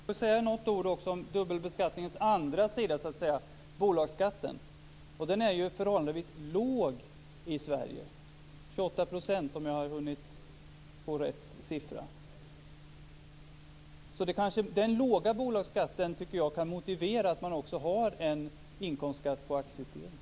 Fru talman! Jag vill säga något ord också om dubbelbeskattningens andra sida, bolagsskatten. Den är förhållandevis låg i Sverige, 28 %, om jag har hunnit få rätt siffra. Den låga bolagsskatten tycker jag kan motivera att man har en inkomstskatt på aktieutdelning.